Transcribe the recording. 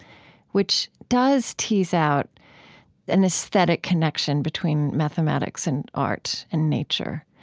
which does tease out an aesthetic connection between mathematics and art and nature.